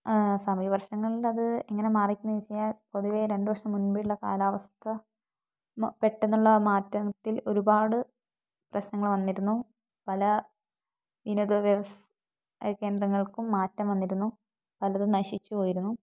സമയ വർഷങ്ങളുടെ അത് ഇങ്ങനെ മാറിയിരിക്കണതെന്നു വച്ച് കഴിഞ്ഞാൽ പൊതുവേ രണ്ടുവർഷം മുൻപുള്ള കാലാവസ്ഥ പെട്ടെന്നുള്ള മാറ്റത്തിൽ ഒരുപാട് പ്രശ്നങ്ങൾ വന്നിരുന്നു പല വിനോദ വ്യവസായ കേന്ദ്രങ്ങൾക്കും മാറ്റം വന്നിരുന്നു പലതും നശിച്ചു പോയിരുന്നു